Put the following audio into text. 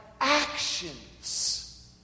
actions